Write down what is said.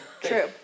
True